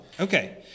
Okay